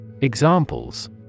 Examples